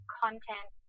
content